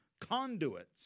conduits